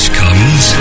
comes